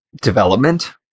development